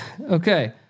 Okay